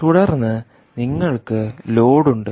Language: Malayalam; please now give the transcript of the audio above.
തുടർന്ന് നിങ്ങൾക്ക് ലോഡ് ഉണ്ട്